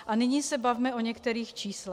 A nyní se bavme o některých číslech.